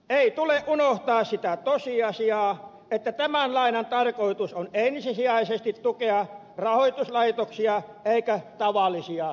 ei tule unohtaa sitä tosiasiaa että tämän lainan tarkoitus on ensisijaisesti tukea rahoituslaitoksia eikä tavallisia ihmisiä